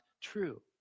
true